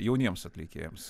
jauniems atlikėjams